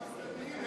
המסתננים,